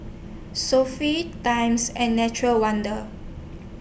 Sofy Times and Nature's Wonders